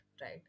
right